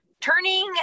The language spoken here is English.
Turning